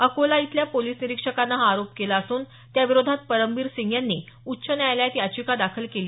अकोला इथल्या पोलिस निरीक्षकाने हा आरोप केला असून त्याविरोधात परमबीर सिंग यांनी उच्च न्यायालयात याचिका दाखल केली